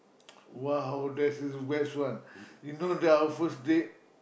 !wow! that's is best one you know that our first date